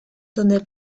donde